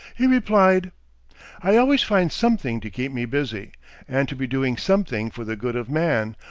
he replied i always find something to keep me busy and to be doing something for the good of man,